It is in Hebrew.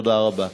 תודה רבה.